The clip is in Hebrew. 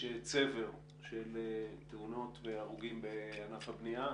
צבר של תאונות והרוגים בענף הבנייה,